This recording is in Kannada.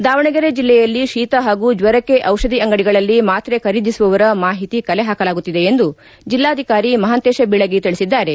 ದಾವಣಗೆರೆ ಜಿಲ್ಲೆಯಲ್ಲಿ ಶೀತ ಹಾಗೂ ಜ್ವರಕ್ಕೆ ದಿಷಧಿ ಅಂಗಡಿಗಳಲ್ಲಿ ಮಾತ್ರೆ ಖರೀದಿಸುವವರ ಮಾಹಿತಿ ಕಲೆ ಹಾಕಲಾಗುತ್ತಿದೆ ಎಂದು ಜಿಲ್ಲಾಧಿಕಾರಿ ಮಹಾಂತೇತ ಬೀಳಗಿ ತಿಳಿಸಿದ್ದಾರೆ